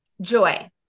joy